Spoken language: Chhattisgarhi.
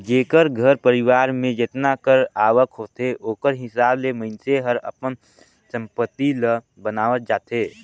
जेकर घर परिवार में जेतना कर आवक होथे ओकर हिसाब ले मइनसे हर अपन संपत्ति ल बनावत जाथे